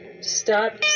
Stop